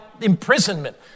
imprisonment